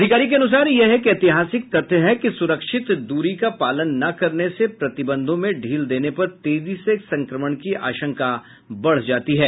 अधिकारी के अनुसार यह एक ऐतिहासिक तथ्य है कि सुरक्षित दूरी का पालन न करने से प्रतिबंधों में ढील देने पर तेजी से संक्रमण की आशंका बढ़ जाती है